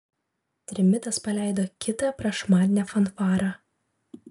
trimitas paleido kitą prašmatnią fanfarą